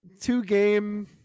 two-game